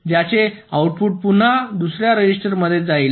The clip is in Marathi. ज्याचे आऊटपुट पुन्हा दुसर्या रजिस्टरमध्ये जाईल